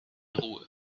ruhe